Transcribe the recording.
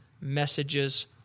messages